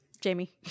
Jamie